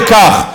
וטוב שכך.